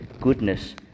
goodness